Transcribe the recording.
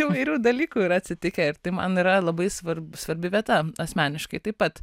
įvairių dalykų yra atsitikę ir tai man yra labai svarb svarbi vieta asmeniškai taip pat